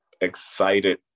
excited